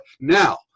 now